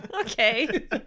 Okay